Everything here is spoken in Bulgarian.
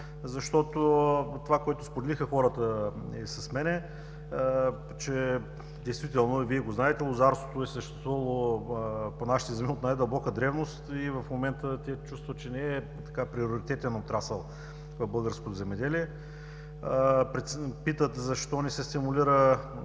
Това, което споделиха хората с мен, а и Вие го знаете, че лозарството съществува по нашите земи от най-дълбока древност и в момента те чувстват, че не е приоритетен отрасъл в българското земеделие. Питат защо не се стимулира